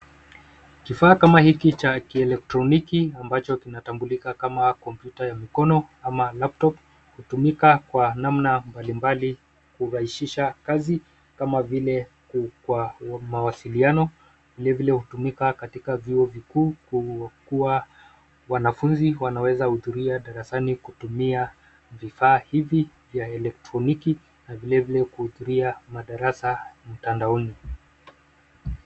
KIfaa kama hiki cha kielektroniki ambacho kinatambulika kama kompyuta ya mkono ama laptop hutumika kwa namna mbalimbali ili kurahisisha kazi kama vile kwa mawasiliano vilevile hutumika katika vyuo vikuu kuwa wanafunzi wanaweza utumia darasani kutumia vifaa hivi vya elektroniki na vilevile kuhudhuria madarasa mtandaoni.